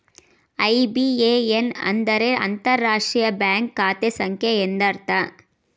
IBAN ಅಂದರೆ ಅಂತರರಾಷ್ಟ್ರೀಯ bank ಖಾತೆ ಸಂಖ್ಯೆ ಎಂದರ್ಥ